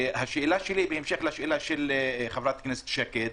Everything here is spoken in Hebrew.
בהמשך לשאלת חברת הכנסת שקד,